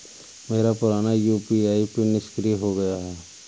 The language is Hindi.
मेरा पुराना यू.पी.आई पिन निष्क्रिय हो गया है